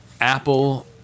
Apple